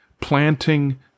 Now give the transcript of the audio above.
planting